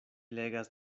legas